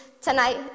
tonight